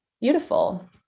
beautiful